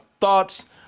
thoughts